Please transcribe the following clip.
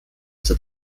zur